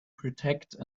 protect